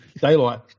Daylight